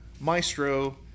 Maestro